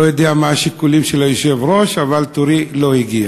לא יודע מה שיקולי היושב-ראש, אבל תורי לא הגיע.